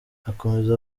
akomeza